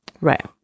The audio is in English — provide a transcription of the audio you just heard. Right